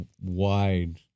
wide